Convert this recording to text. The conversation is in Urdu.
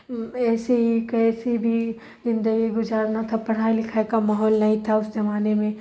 ایسے ہی کیسے بھی زندگی گزارنا تھا پڑھائی لکھائی کا ماحول نہیں تھا اس زمانے میں